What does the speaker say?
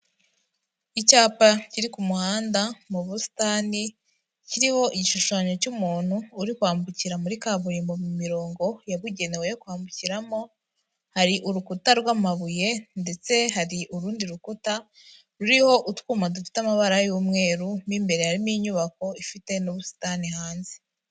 Icyapa kiri ku muhanda mu busitani kiriho igishushanyo cy'umuntu uri kwambukira muri kaburimbo mu mirongo yabugenewe yo kwambukiramo, hari urukuta rw'amabuye ndetse hari urundi rukuta ruriho utwuma dufite amabara y'umweru, mo imbere harimo inyubako ifite n'ubusitani hanze.